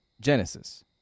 Genesis